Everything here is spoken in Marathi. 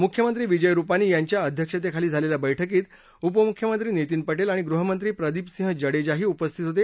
मुख्यमंत्री विजय रुपानी यांच्या अध्यक्षतेखाली झालेल्या बैठकीत उपमुख्यमत्री नितीन पटेल आणि गृहमंत्री प्रदीपसिंह जडेजाही उपस्थित होते